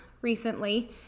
recently